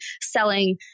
selling